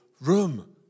room